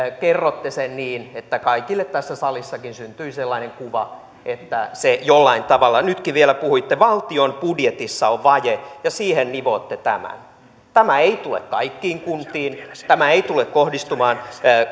kerroitte sen niin että kaikille tässä salissakin syntyi sellainen kuva että se jollain tavalla nytkin vielä puhuitte että valtion budjetissa on vaje ja siihen nivotte tämän tämä ei tule kaikkiin kuntiin tämä ei tule kohdistumaan